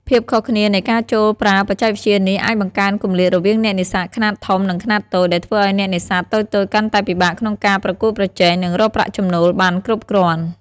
ភាពខុសគ្នានៃការចូលប្រើបច្ចេកវិទ្យានេះ អាចបង្កើនគម្លាតរវាងអ្នកនេសាទខ្នាតធំ និងខ្នាតតូច ដែលធ្វើឲ្យអ្នកនេសាទតូចៗកាន់តែពិបាកក្នុងការប្រកួតប្រជែង និងរកប្រាក់ចំណូលបានគ្រប់គ្រាន់។